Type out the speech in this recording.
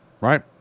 right